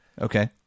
Okay